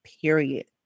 period